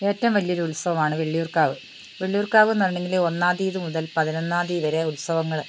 ഏറ്റവും വലിയൊരു ഉത്സവമാണ് വെള്ളിയൂർക്കാവ് വെള്ളിയൂർക്കാവ് എന്ന് പറഞ്ഞെങ്കില് ഒന്നാം തീയതി മുതൽ പതിനൊന്നാം തീയതി വരെ ഉത്സവങ്ങള്